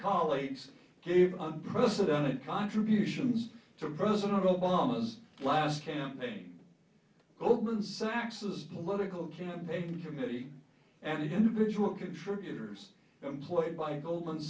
colleagues gave unprecedented contributions to president obama's last campaign goldman sachs's political campaign committee and individual contributors employed by goldman